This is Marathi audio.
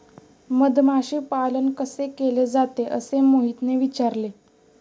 मधमाशी पालन कसे केले जाते? असे मोहितने विचारले